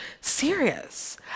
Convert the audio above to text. serious